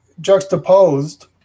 juxtaposed